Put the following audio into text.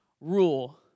rule